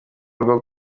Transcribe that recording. rwo